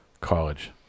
college